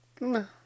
No